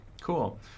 Cool